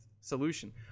solution